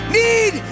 need